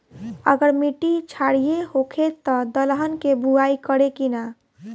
अगर मिट्टी क्षारीय होखे त दलहन के बुआई करी की न?